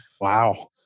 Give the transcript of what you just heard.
Wow